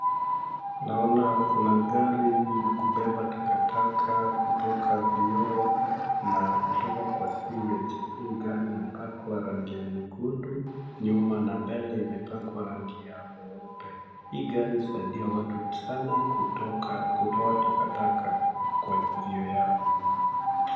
Naona kuna gari ya kubeba takataka kutoka vyoo na kutoka kwa sewage na imepakwa rangi nyekundu , nyuma na mbele imepakwa rangi ya nyeupe .Gari husaidia watu sana kutoa takataka kwa vyoo yao .